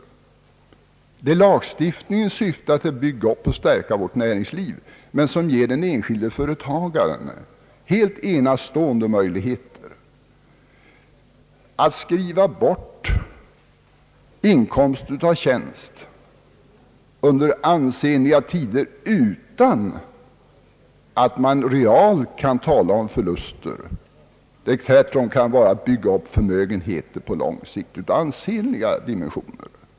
Det är lagstiftningens syfte att bygga upp och stärka vårt näringsliv, men den ger den enskilde företagaren helt enastående möjligheter att under ansenlig tid skriva bort inkomster av tjänst, utan att man realiter kan tala om förluster. Tvärtom kan det vara fråga om att på lång sikt bygga upp förmögenheter av ansenliga dimensioner.